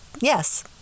yes